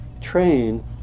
train